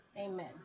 Amen